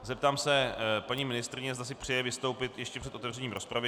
Zeptám se paní ministryně, zda si přeje vystoupit ještě před otevřením rozpravy.